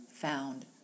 found